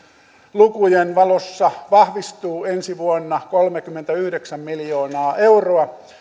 lukujen valossa vahvistuu ensi vuonna kolmekymmentäyhdeksän miljoonaa euroa